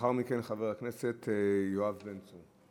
ולאחר מכן, חבר הכנסת יואב בן צור.